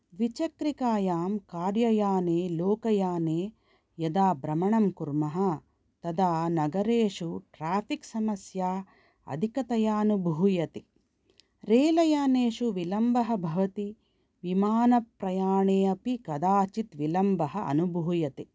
द्विचक्रिकायां कारयाने लोकयाने यदा भ्रमणं कुर्मः तदा नगरेषु ट्राफ़िक् समस्या अधिकतयानुभूयते रेलयानेषु विलम्बः भवति विमानप्रयाणे अपि कदाचित् विलम्बः अनुभूयते